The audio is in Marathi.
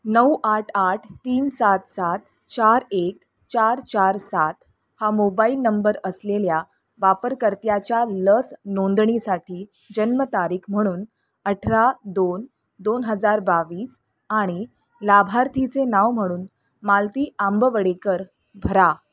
नऊ आठ आठ तीन सात सात चार एक चार चार सात हा मोबाईल नंबर असलेल्या वापरकर्त्याच्या लस नोंदणीसाठी जन्मतारीख म्हणून अठरा दोन दोन हजार बावीस आणि लाभार्थीचे नाव म्हणून मालती आंबवडेकर भरा